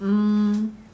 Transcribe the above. um